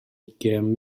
ugain